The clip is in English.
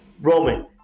Roman